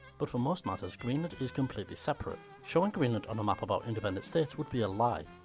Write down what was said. but for most matters, greenland is completely separate. showing greenland on a map about independent states would be a lie.